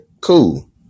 cool